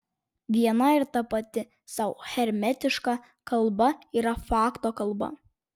viena ir tapati sau hermetiška kalba yra fakto kalba